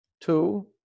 two